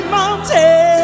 mountains